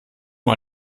nur